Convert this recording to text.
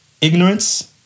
ignorance